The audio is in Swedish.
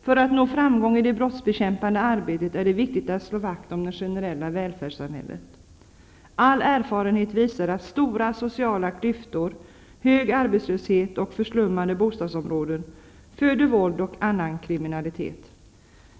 För att nå framgång i det brottsbekämpande arbetet är det viktigt att slå vakt om det generella välfärdssamhället. All erfarenhet visar att stora sociala klyftor, hög arbetslöshet och förslummade bostadsområden föder våld och annan kriminalitet.